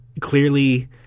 clearly